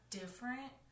different